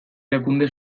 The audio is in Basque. erakunde